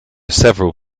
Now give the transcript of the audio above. several